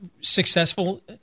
successful